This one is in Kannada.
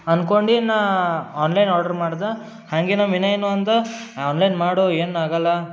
ಅನ್ಕೊಂಡು ನಾನು ಆನ್ಲೈನ್ ಆರ್ಡ್ರು ಮಾಡ್ದೆ ಹಾಗೆ ನಮ್ಮ ವಿನಯನೂ ಅಂದ ಆನ್ಲೈನ್ ಮಾಡು ಏನಾಗಲ್ಲ